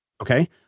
Okay